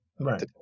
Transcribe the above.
Right